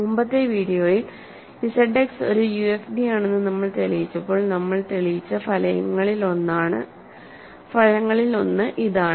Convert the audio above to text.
മുമ്പത്തെ വീഡിയോയിൽ Z X ഒരു യുഎഫ്ഡിയാണെന്ന് നമ്മൾ തെളിയിച്ചപ്പോൾ നമ്മൾ തെളിയിച്ച ഫലങ്ങളിലൊന്ന് ഇതാണ്